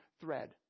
thread